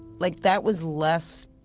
like that was less